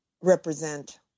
represent